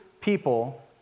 people